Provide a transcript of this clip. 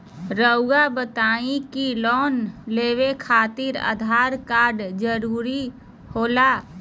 रौआ बताई की लोन लेवे खातिर आधार कार्ड जरूरी होला?